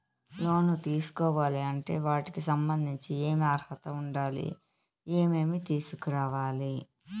లోను తీసుకోవాలి అంటే వాటికి సంబంధించి ఏమి అర్హత ఉండాలి, ఏమేమి తీసుకురావాలి